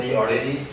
already